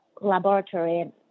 Laboratory